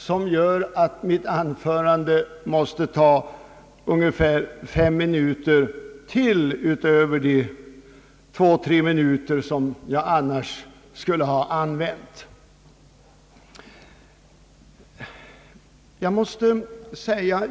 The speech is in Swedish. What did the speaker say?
Mitt anförande kommer därför att ta ungefär fem minuter till i anspråk utöver de två å tre minuter som jag annars skulle ha använt.